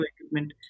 equipment